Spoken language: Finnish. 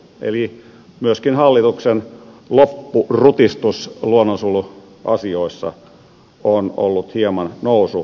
eli hallituksen loppurutistus luonnonsuojeluasioissa on ollut hieman nousujohteinen